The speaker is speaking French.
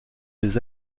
des